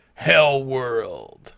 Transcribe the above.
Hellworld